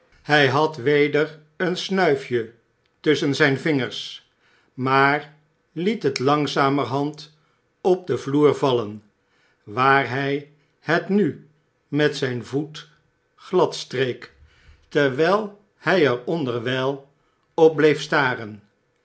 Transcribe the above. hy had weder een snuifje tusschen zynvingers maar liet het langzamerhand op den vloer vallen waar hij hetnu met zijn voet gladstreek terwijl hy er onderwyl op bleef staren